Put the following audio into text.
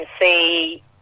see